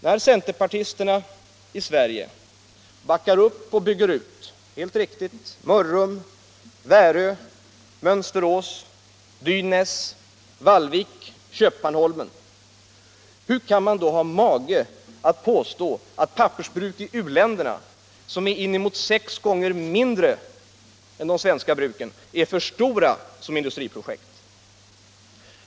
När centerpartisterna i Sverige — helt riktigt — backar upp och bygger ut Mörrum, Värö, Mönsterås, Dynäs, Vallvik och Köpmanholmen, hur kan man då ha mage att påstå att ett pappersbruk i u-länderna som är inemot sex gånger mindre än de svenska bruken är för stora som industriprojekt?